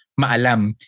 maalam